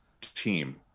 team